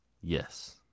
yes